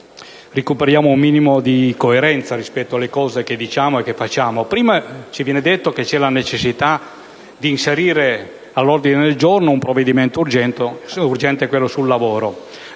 recuperare un minimo di coerenza rispetto alle cose che diciamo e che facciamo. Prima ci viene detto che c'è la necessità di inserire all'ordine del giorno un provvedimento urgente, cioè quello sul lavoro.